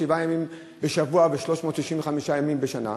שבעה ימים בשבוע ו-365 ימים בשנה.